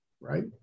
right